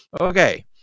okay